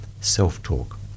self-talk